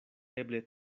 eble